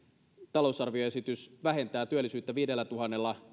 talousarvioesitys vähentää työllisyyttä viidellätuhannella